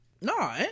No